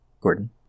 Gordon